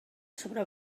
sobre